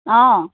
অঁ